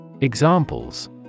Examples